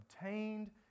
Obtained